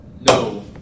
No